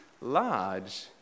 large